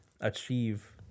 achieve